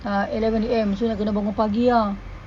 err eleven a_m so nak kena bangun pagi ah